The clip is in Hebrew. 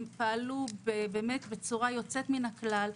הם פעלו בצורה יוצאת מן הכלל,